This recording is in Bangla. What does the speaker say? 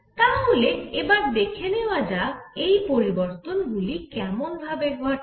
তাহলে এবার দেখে নেওয়া যাক এই পরিবর্তন গুলি কেমন ভাবে ঘটে